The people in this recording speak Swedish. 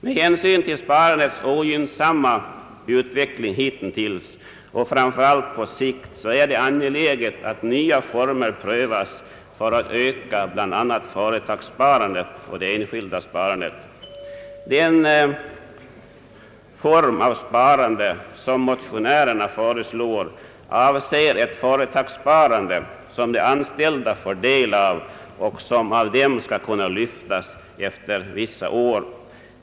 Med hänsyn till sparandets ogynnsamma utveckling hitintills och framför allt på sikt är det angeläget att nya former prövas för att öka bl.a. företagssparandet och det enskilda sparandet. Den form av sparande som motionärerna föreslår avser ett företagssparande, som de anställda får del av och som av dem skall kunna lyftas efter vissa år.